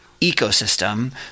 ecosystem